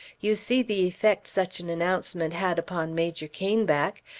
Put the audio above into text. you see the effect such an announcement had upon major caneback.